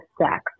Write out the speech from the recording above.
sex